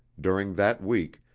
during that week,